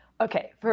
Okay